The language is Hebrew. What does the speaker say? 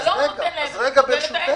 אתה לא נותן להם --- אני לא מבינה את זה.